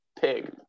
pig